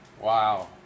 wow